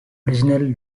original